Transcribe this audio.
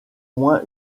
moins